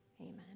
Amen